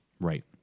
Right